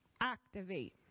activate